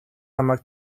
намайг